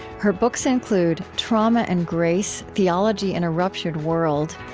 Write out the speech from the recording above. her books include trauma and grace theology in a ruptured world,